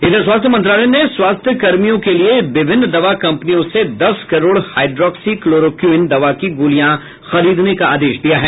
इधर स्वास्थ्य मंत्रालय ने स्वास्थ्य कर्मियों के लिए विभिन्न दवा कंपनियों से दस करोड़ हाइड्रॉक्सी क्लोरोक्वीन दवा की गोलियां खरीदने का आदेश दिया है